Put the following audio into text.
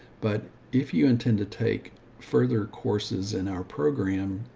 but if you intend to take further courses in our program,